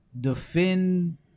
defend